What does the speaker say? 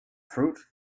fruit